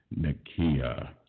Nakia